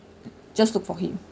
just look for him